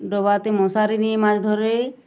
ডোবাতে মশারি নিয়ে মাছ ধরে